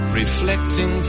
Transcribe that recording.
reflecting